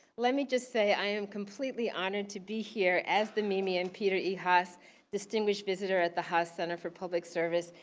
let me just say, i am completely honored to be here as the mimi and peter e. haas distinguished visitor at the haas center for public service.